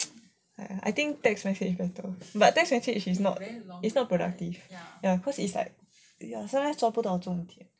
I think text message is better but text message is not productive ya cause is like !aiya! sometimes 做不懂什么问题